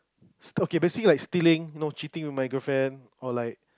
st~ okay basically like stealing no cheating with my girlfriend or like